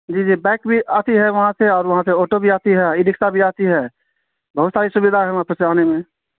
جی جی بائک بھی آتی ہے وہاں سے اور وہاں سے آٹو بھی آتی ہے ای رکشہ بھی آتی ہے بہت ساری سویدھا ہے وہاں پہ سے آنے میں